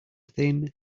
thin